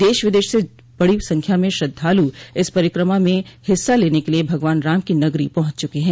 देश विदेश से बड़ी संख्या में श्रद्वालु इस परिक्रमा में इस हिस्सा लेने के लिए भगवान राम की नगरी पहुंच चुके हैं